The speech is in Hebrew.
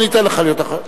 אני אתן לך להיות אחרון.